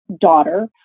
daughter